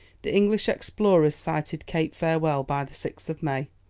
the english explorers sighted cape farewell by the sixth of may,